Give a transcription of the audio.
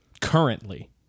currently